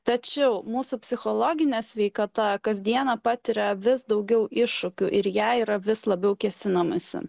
tačiau mūsų psichologinė sveikata kas dieną patiria vis daugiau iššūkių ir į ją yra vis labiau kėsinamasi